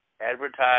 advertise